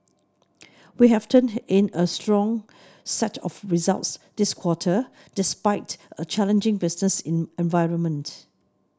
we have turned in a strong set of results this quarter despite a challenging business environment